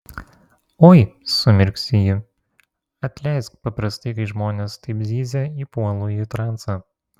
oi sumirksi ji atleisk paprastai kai žmonės taip zyzia įpuolu į transą